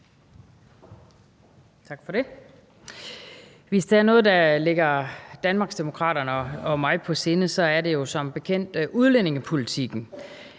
Hvis der er noget, der ligger Danmarksdemokraterne og mig på sinde, er det jo som bekendt udlændingepolitikken,